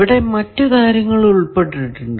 ഇവിടെ മറ്റു കാര്യങ്ങൾ ഉൾപ്പെട്ടിട്ടുണ്ട്